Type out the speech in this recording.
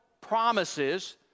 promises